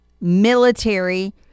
military